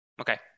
Okay